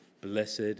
blessed